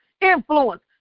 Influence